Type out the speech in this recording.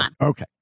okay